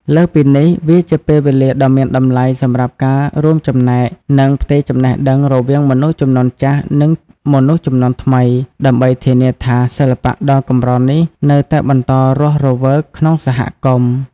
លើសពីនេះ វាជាពេលវេលាដ៏មានតម្លៃសម្រាប់ការ រួមចំណែក និង ផ្ទេរចំណេះដឹង រវាងមនុស្សជំនាន់ចាស់ និងមនុស្សជំនាន់ថ្មី ដើម្បីធានាថា សិល្បៈដ៏កម្រនេះនៅតែបន្តរស់រវើកក្នុងសហគមន៍។